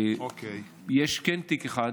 יש תיק אחד